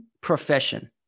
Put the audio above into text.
profession